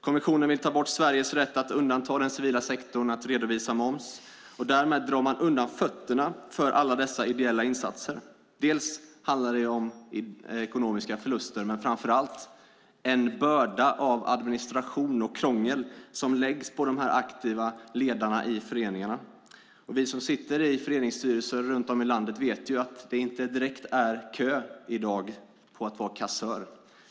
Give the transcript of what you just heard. Kommissionen vill ta bort Sveriges rätt att undanta den civila sektorn från kravet att redovisa moms. Därmed drar man undan fötterna för alla dessa ideella insatser. Det handlar om ekonomiska förluster, men framför allt om en börda av administration och krångel som läggs på de aktiva ledarna i föreningarna. Vi som sitter i föreningsstyrelser runt om i landet vet ju att det inte direkt är kö i dag till uppdraget som kassör.